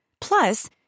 Plus